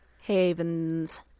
havens